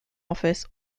office